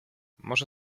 może